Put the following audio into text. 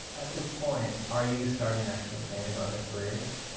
at this point, are you starting to actually think of other careers?